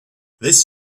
this